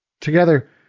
Together